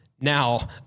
Now